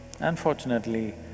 unfortunately